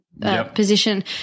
Position